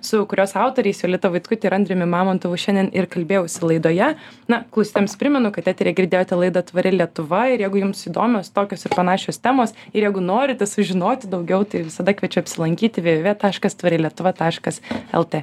su kurios autoriais jolita vaitkute ir andriumi mamontovu šiandien ir kalbėjausi laidoje na klausytojams primenu kad eteryje girdėjote laidą tvari lietuva ir jeigu jums įdomios tokios ir panašios temos ir jeigu norite sužinoti daugiau tai visada kviečiu apsilankyti vė vė vė taškas tvari lietuva taškas lt